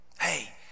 Hey